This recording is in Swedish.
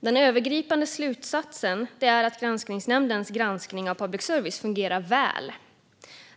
Den övergripande slutsatsen är att granskningsnämndens granskning av public service fungerar väl.